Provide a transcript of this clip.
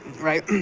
right